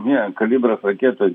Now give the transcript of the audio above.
ne kalibras raketoj